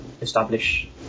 establish